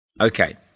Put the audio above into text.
Okay